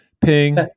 Ping